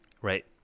Right